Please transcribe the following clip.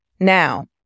Now